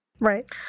Right